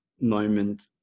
moment